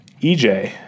EJ